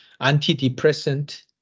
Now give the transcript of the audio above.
antidepressant